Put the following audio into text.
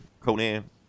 conan